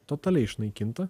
totaliai išnaikinta